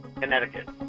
Connecticut